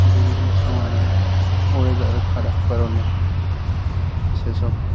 বিভিন্ন সময়ে ওয়েদার খারাপ কারণে সেসব